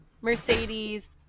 Mercedes